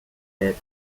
death